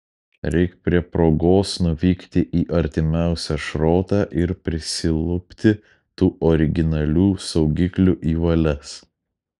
reik prie progos nuvykti į artimiausią šrotą ir prisilupti tų originalių saugiklių į valias